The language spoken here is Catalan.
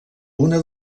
una